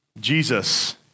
Jesus